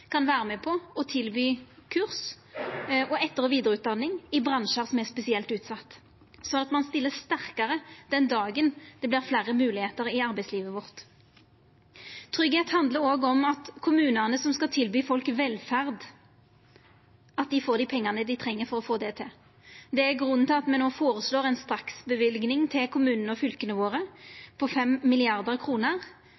kan vera med på å tilby kurs og etter- og vidareutdanning i bransjar som er spesielt utsette, så ein stiller sterkare den dagen det vert fleire moglegheiter i arbeidslivet vårt. Tryggleik handlar òg om at kommunane, som skal tilby folk velferd, får dei pengane dei treng for å få det til. Det er grunnen til at me no føreslår ei straksløyving til kommunane og fylka våre